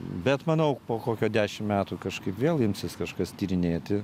bet manau po kokio dešim metų kažkaip vėl imsis kažkas tyrinėti